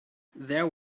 there